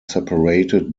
separated